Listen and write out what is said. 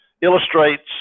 illustrates